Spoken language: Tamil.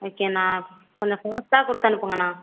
ஓகேண்ணா கொஞ்சம் புதுசாக கொடுத்தணுப்புங்கண்ணா